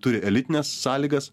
turi elitines sąlygas